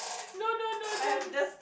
no no no no